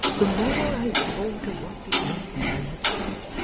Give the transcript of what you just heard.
the more i thought of what the old man had said,